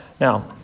Now